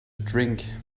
drink